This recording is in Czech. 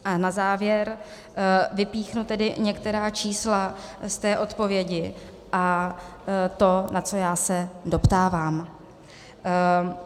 A na závěr vypíchnu tedy některá čísla z té odpovědi a to, na co já se doptávám.